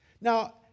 Now